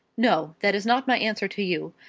no that is not my answer to you.